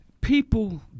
People